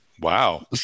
wow